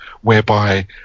whereby